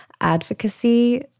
advocacy